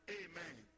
amen